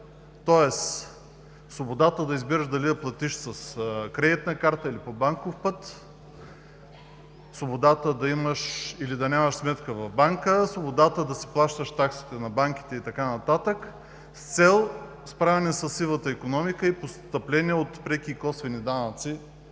тоест свободата да избираш дали да платиш с кредитна карта, или по банков път, свободата да имаш или да нямаш сметка в банка, свободата да си плащаш таксите на банките и така нататък, с цел справяне със сивата икономика и постъпления от преки и косвени данъци